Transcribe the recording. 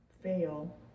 fail